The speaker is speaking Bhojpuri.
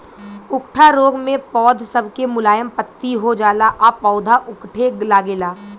उकठा रोग मे पौध सब के मुलायम पत्ती हो जाला आ पौधा उकठे लागेला